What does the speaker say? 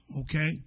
Okay